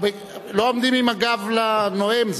לא עומדים עם הגב לנואם.